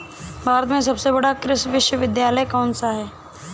भारत में सबसे बड़ा कृषि विश्वविद्यालय कौनसा है?